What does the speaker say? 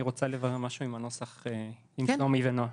אני רוצה לברר משהו לגבי הנוסח עם נעמי ונעה.